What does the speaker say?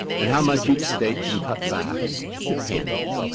and how much each state can cut back depends.